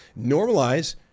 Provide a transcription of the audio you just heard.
normalize